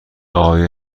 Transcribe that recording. آیا